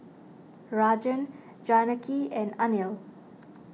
Rajan Janaki and Anil